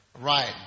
Right